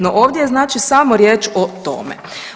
No, ovdje je znači samo riječ o tome.